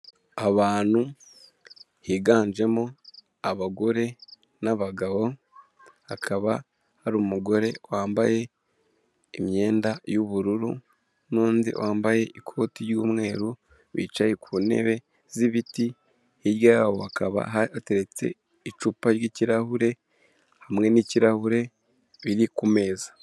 Abantu higanjemo abagore n'abagabo, hakaba hari umugore wambaye imyenda y'ubururu n'undi wambaye ikoti ry'umweru, bicaye ku ntebe z'ibiti, hirya yabo hakaba hateretse icupa ry'ikirahure hamwe n'ikirahure biri ku meza.